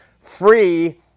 free